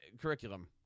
curriculum